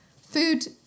food